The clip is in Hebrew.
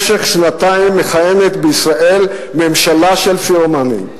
במשך שנתיים מכהנת בישראל ממשלה של פירומנים.